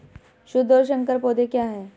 शुद्ध और संकर पौधे क्या हैं?